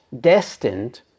destined